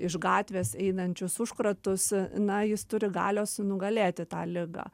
iš gatvės einančius užkratus na jis turi galios nugalėti tą ligą